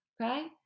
okay